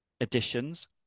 additions